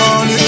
on